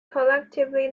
collectively